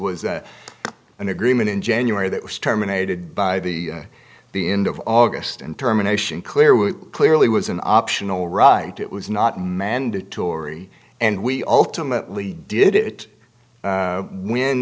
was an agreement in january that was terminated by the the end of august and terminations clear was clearly was an optional right it was not mandatory and we alternately did it when